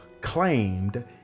claimed